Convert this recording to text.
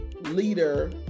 leader